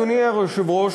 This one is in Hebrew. אדוני היושב-ראש,